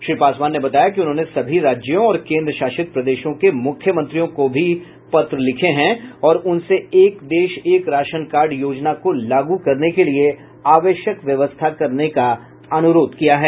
श्री पासवान ने बताया कि उन्होंने सभी राज्यों और केंद्रशासित प्रदेशों के मुख्यमंत्रियों को पत्र भी लिखे हैं और उनसे एक देश एक राशन कार्ड योजना को लागू करने के लिए आवश्यक व्यवस्था करने का अनुरोध किया है